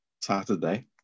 Saturday